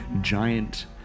giant